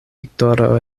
viktoro